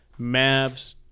Mavs